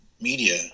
media